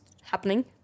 happening